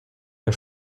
der